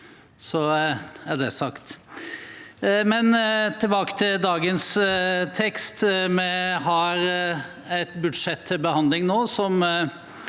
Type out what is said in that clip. tilbake til dagens tekst: Vi har nå et budsjett til behandling